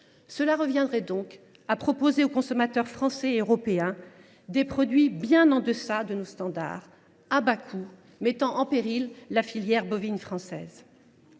Cela reviendrait à proposer aux consommateurs français et européens des produits bien en deçà de nos standards, à bas coût, qui mettraient en péril la filière bovine française.